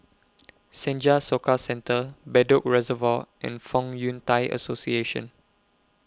Senja Soka Centre Bedok Reservoir and Fong Yun Thai Association